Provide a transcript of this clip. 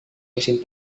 musim